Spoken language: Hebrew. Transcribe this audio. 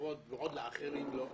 בעוד לאחרים לא,